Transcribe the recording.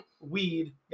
weed